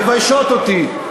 מבייש אותי,